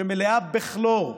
שמלאה בכלור,